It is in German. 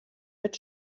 mit